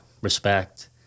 respect